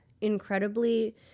incredibly